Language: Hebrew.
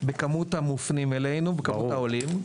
בכמות המופנים אלינו, בכמות העולים.